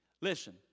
Listen